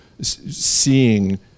seeing